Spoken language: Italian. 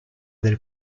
del